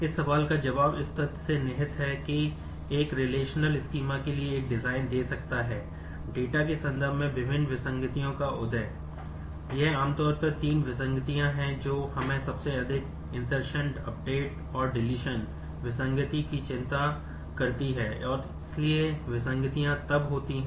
इस सवाल का जवाब इस तथ्य में निहित है कि एक रिलेशनल पर निर्भर करता है जिसे हम इसके लिए उपयोग कर रहे हैं